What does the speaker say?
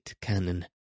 cannon